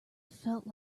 felt